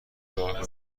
نگاه